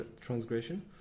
Transgression